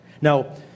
Now